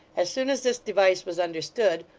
as soon as this device was understood,